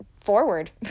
forward